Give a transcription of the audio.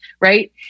Right